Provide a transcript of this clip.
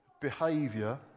behavior